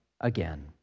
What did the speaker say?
again